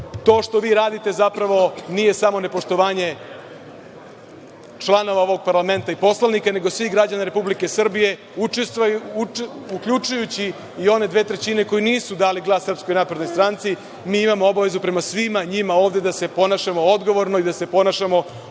to što vi radite zapravo nije samo nepoštovanje članova ovog parlamenta i poslanika, nego svih građana Republike Srbije uključujući i one dve trećine koji nisu dali glas SNS, mi imamo obavezu prema svima njima ovde da se ponašamo odgovorno i da se ponašamo ozbiljno